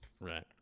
Right